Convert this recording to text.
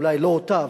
אולי לא אותה,